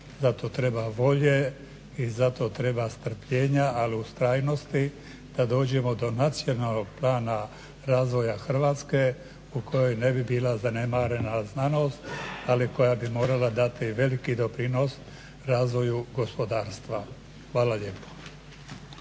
za to treba volje i za to treba strpljenja ali i ustrajnosti da dođemo do Nacionalnog plana razvoja Hrvatske u kojoj ne bi bila zanemarena znanost, ali koja bi morala dati veliki doprinos razvoju gospodarstva. Hvala lijepa.